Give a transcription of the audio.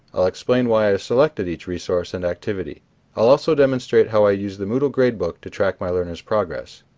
i'll explain why i selected each resource and activity i'll also demonstrate how i use the moodle gradebook to track my learners' progress.